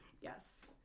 Yes